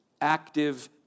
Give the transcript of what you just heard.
active